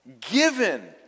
given